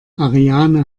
ariane